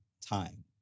time